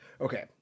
Okay